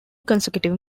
consecutive